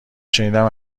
شنیدم